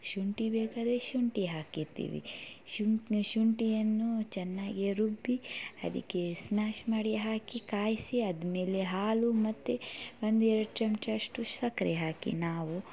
ಶುಂಠಿ ಬೇಕಾದರೆ ಶುಂಠಿ ಹಾಕಿದ್ದೀವಿ ಶುಂ ಶುಂಠಿಯನ್ನು ಚೆನ್ನಾಗಿ ರುಬ್ಬಿ ಅದಕ್ಕೆ ಸ್ಮಾಶ್ ಮಾಡಿ ಹಾಕಿ ಕಾಯಿಸಿ ಆದಮೇಲೆ ಹಾಲು ಮತ್ತು ಒಂದು ಎರಡು ಚಮಚಷ್ಟು ಸಕ್ರೆ ಹಾಕಿ ನಾವು